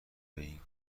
این